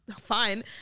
fine